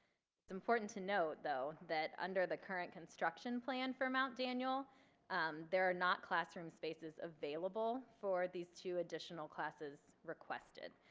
important to note though that under the current construction plans for mount daniel there are not classroom spaces available for these two additional classes requested.